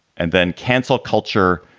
and then cancel culture?